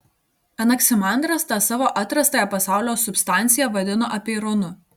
anaksimandras tą savo atrastąją pasaulio substanciją vadino apeironu